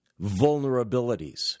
vulnerabilities